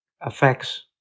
affects